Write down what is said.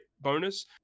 bonus